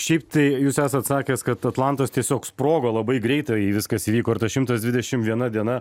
šiaip tai jūs esat sakęs kad atlantas tiesiog sprogo labai greitai viskas vyko ir tas šimtas dvidešimt viena diena